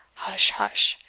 hush! hush!